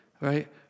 right